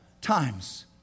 times